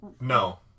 No